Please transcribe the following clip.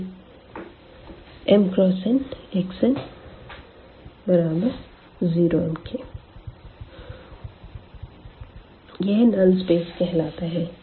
Vx∈RnAmnxn0m यह null space कहलाता है